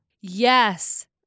Yes